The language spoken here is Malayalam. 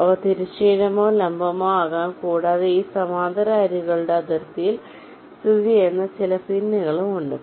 അവ തിരശ്ചീനമോ ലംബമോ ആകാം കൂടാതെ ഈ സമാന്തര അരികുകളുടെ അതിർത്തിയിൽ സ്ഥിതി ചെയ്യുന്ന ചില പിന്നുകളും ഉണ്ട്